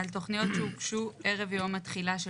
על תכניות שהוגשו ערב יום התחילה של